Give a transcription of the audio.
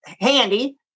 handy